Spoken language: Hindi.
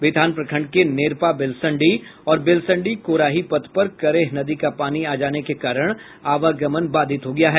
बिथान प्रखंड के नेरपा बेलसंडी और बेलसंडी कोराही पथ पर करेह नदी का पानी आ जाने के कारण आवागमन बाधित हो गया है